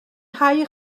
nghae